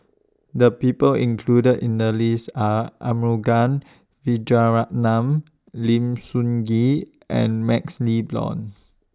The People included in The list Are Arumugam Vijiaratnam Lim Sun Gee and MaxLe Blond